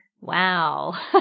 Wow